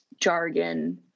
jargon